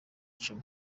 cumi